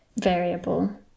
variable